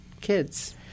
kids